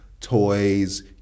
toys